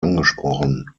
angesprochen